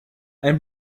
ein